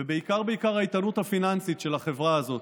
ובעיקר, בעיקר, האיתנות הפיננסית של החברה הזאת.